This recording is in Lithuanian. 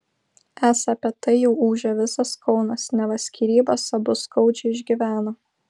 esą apie tai jau ūžia visas kaunas neva skyrybas abu skaudžiai išgyvena